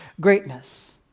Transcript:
greatness